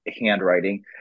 handwriting